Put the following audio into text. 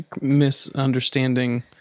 misunderstanding